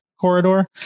corridor